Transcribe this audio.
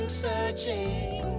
searching